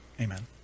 Amen